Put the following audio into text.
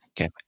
Okay